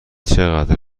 چقدر